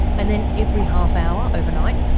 and then every half hour overnight?